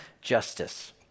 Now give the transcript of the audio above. justice